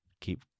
keep